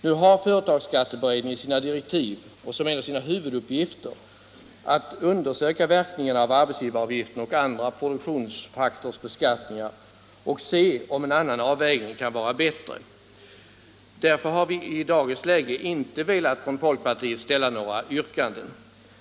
Nu har företagsskatteberedningen enligt sina direktiv och som en av sina huvuduppgifter att undersöka verkningarna av arbetsgivaravgiften och andra produktionsfaktorsbeskattningar och se om en annan avvägning kan vara bättre. Därför har vi från folkpartiet i dagens läge inte velat ställa några yrkanden.